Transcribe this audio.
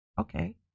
Okay